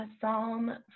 Psalm